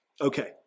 Okay